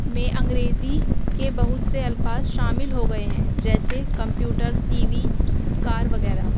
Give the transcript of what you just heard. میں انگریزی کے بہت سے الفاظ شامل ہو گئے ہیں جیسے کمپیوٹر ٹی وی کار وغیرہ